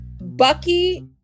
Bucky